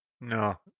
No